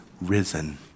risen